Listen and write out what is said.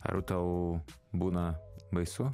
ar tau būna baisu